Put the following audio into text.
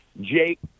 Jake